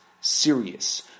serious